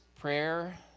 prayer